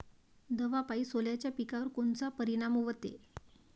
दवापायी सोल्याच्या पिकावर कोनचा परिनाम व्हते?